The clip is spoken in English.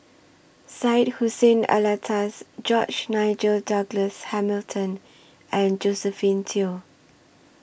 Syed Hussein Alatas George Nigel Douglas Hamilton and Josephine Teo